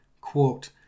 quote